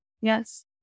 Yes